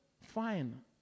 fine